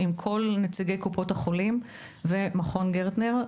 עם כל נציגי קופות החולים ועם מכון גרטנר,